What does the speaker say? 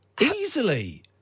Easily